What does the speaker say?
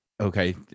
Okay